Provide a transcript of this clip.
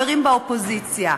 חברים באופוזיציה.